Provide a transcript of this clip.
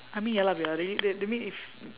I mean ya lah we are already that that mean if